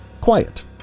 Quiet